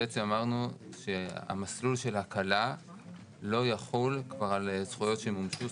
בעצם אמרנו שהמסלול של ההקלה לא יחול כבר על זכויות שמומשו,